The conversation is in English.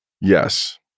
Yes